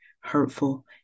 hurtful